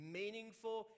meaningful